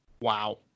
Wow